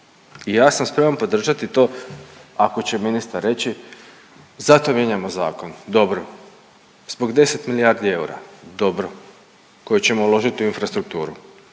i ja sam spreman podržati to ako će ministar reći zato mijenjamo zakon, dobro, zbog 10 milijardi eura, dobro, koje ćemo uložiti u infrastrukturu,